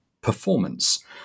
performance